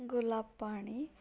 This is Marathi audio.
गुलाब पाणी